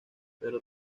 pero